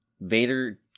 Vader